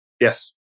Yes